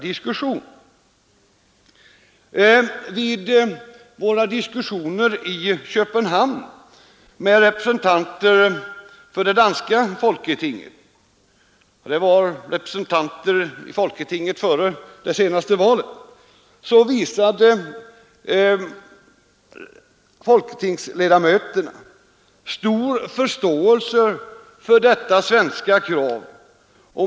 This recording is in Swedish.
Vid våra diskussioner i Köpenhamn med representanter för det danska folketinget — de var ledamöter i' folketinget före det senaste valet — visade folketingsledamöterna stor förståelse för detta svenska krav.